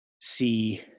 see